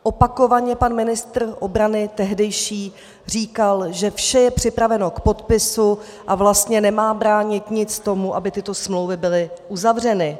Opakovaně pan ministr obrany, tehdejší, říkal, že vše je připraveno k podpisu a vlastně nic nemá bránit tomu, aby tyto smlouvy byly uzavřeny.